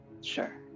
Sure